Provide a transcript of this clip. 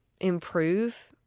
improve